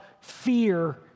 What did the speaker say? fear